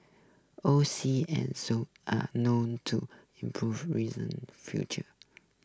O C and zone are known to improve reason future